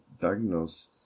diagnose